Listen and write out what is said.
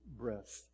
breath